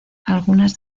algunas